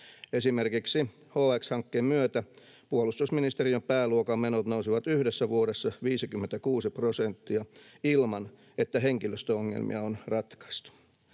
Esimerkiksi HX-hankkeen myötä puolustusministeriön pääluokan menot nousivat yhdessä vuodessa 56 prosenttia ilman, että henkilöstöongelmia on ratkaistu.